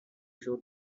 show